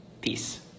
Peace